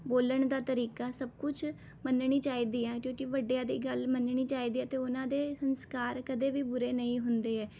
ਬੋਲਣ ਦਾ ਤਰੀਕਾ ਸਭ ਕੁਛ ਮੰਨਣੀ ਚਾਹੀਦੀ ਹੈ ਕਿਉਂਕਿ ਵੱਡਿਆਂ ਦੀ ਗੱਲ ਮੰਨਣੀ ਚਾਹੀਦੀ ਹੈ ਅਤੇ ਉਹਨਾਂ ਦੇ ਸੰਸਕਾਰ ਕਦੇ ਵੀ ਬੁਰੇ ਨਹੀਂ ਹੁੰਦੇ ਹੈ